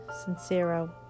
Sincero